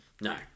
No